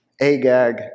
Agag